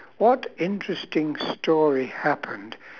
what interesting story happened